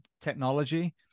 technology